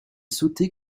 sauté